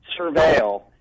surveil